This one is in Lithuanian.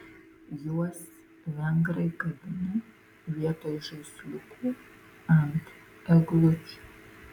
juos vengrai kabina vietoj žaisliukų ant eglučių